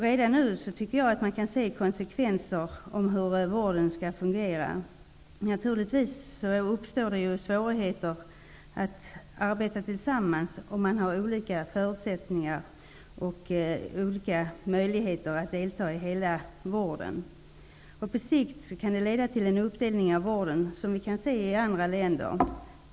Jag tycker att man redan nu kan se konsekvenserna och se hur vården kommer att fungera. Det uppstår naturligtvis svårigheter att arbeta tillsammans om man har olika förutsättningar och olika möjligheter att delta i vården. På sikt kan det leda till en uppdelning av vården, vilket vi kan se i andra länder.